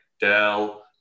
Dell